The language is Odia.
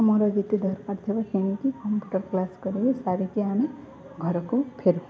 ମୋର ଯେତିକି ଦରକାର ଥିବ କିଣିକି କମ୍ପ୍ୟୁଟର କ୍ଲାସ କରିକି ସାରିକି ଆମେ ଘରକୁ ଫେରୁୁ